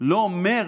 לא אומר